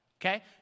okay